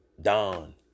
Don